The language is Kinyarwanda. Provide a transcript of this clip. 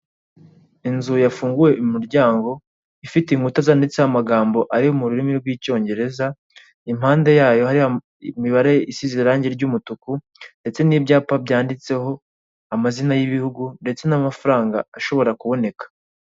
Inzu yafunguye imiryango, ifite inkuta zanditseho amagambo ari mu rurimi rw'icyongereza, impande yayo hari imibare isize irangi ryumutuku ndetse n'ibyapa byanditseho amazina y'ibihugu ndetse n'amafaranga ashobora kuboneka.